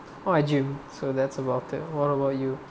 so that's about it that what about you